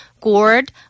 gourd